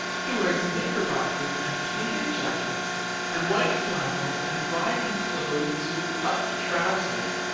he wears knickerbockers and pleated jackets and white flannels and riding clothes with puffed trousers.